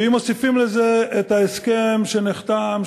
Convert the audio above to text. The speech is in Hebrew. ואם מוסיפים לזה את ההסכם שנחתם,